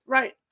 Right